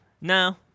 No